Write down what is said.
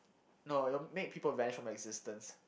no it'll make people vanish from existence